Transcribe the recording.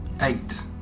Eight